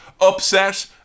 upset